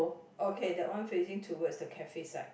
okay that one facing towards the cafe side